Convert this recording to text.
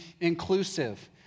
inclusive